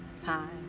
time